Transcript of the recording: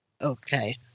Okay